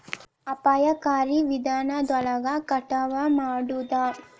ಅಪಾಯಕಾರಿ ವಿಧಾನದೊಳಗ ಕಟಾವ ಮಾಡುದ